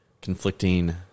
conflicting